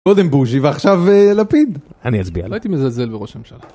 קודם בוז'י ועכשיו, אה... לפיד. אני אסביר. לא הייתי מזלזל בראש הממשלה.